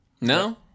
No